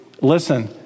Listen